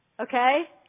Okay